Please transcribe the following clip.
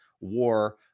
war